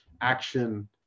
action